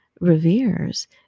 reveres